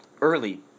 early